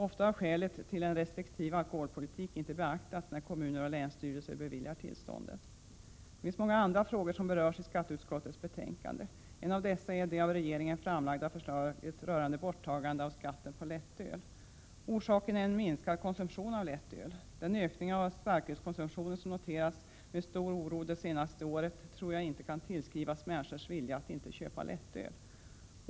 Ofta har skälet till en restriktiv alkoholpolitik inte beaktats när kommuner och länsstyrelser beviljar tillstånden. Många andra frågor berörs i skatteutskottets betänkande. En av dessa är det av regeringen framlagda förslaget rörande borttagandet av skatten på lättöl. Orsaken är en minskning av konsumtionen av lättöl. Den ökning av starkölskonsumtionen som med stor oro noterats de senaste åren tror jag inte kan tillskrivas människors vilja att inte köpa lättöl.